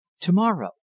To-morrow